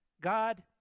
God